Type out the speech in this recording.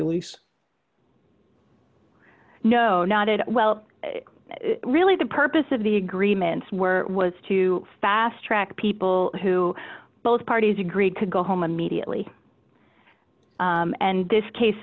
released no not it well really the purpose of the agreements were was to fast track people who both parties agreed to go home and mediately and this case